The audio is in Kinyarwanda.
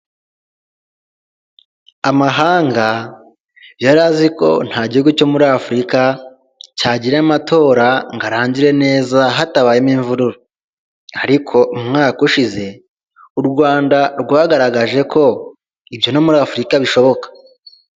Amahanga yari azi ko nta gihugu cyo muri Afurika cyagira amatora ngo arangire neza hatabayemo imvururu, ariko umwaka ushize u Rwanda rwagaragaje ko ibyo no muri Afurika bishoboka.